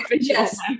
Yes